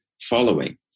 following